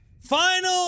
Final